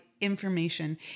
information